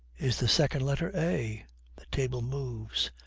is the second letter a the table moves.